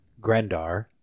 Grendar